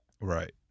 Right